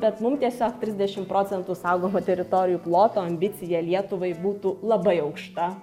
bet mum tiesiog trisdešimt procentų saugomų teritorijų ploto ambicija lietuvai būtų labai aukšta